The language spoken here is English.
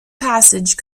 passage